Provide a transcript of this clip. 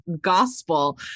gospel